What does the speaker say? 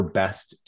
best